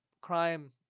crime